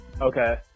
Okay